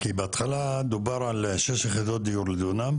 אנחנו נעשה גם דיוני המשך ודיוני מעקב שהדברים האלה יתקדמו.